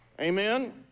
amen